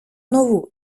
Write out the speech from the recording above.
нову